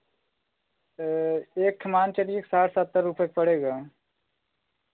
एक के मान के चलिए कि साठ सत्तर रुपये के पड़ेगा